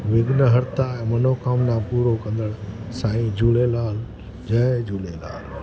विघ्न हरता ऐं मनोकामना पूरो कंदड़ु साईं झूलेलाल जय झूलेलाल